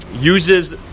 uses